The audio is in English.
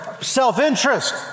self-interest